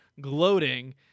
gloating